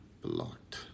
Blocked